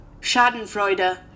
Schadenfreude